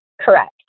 Correct